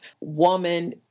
woman